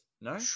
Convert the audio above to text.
no